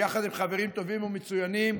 ביחד עם חברים טובים ומצוינים,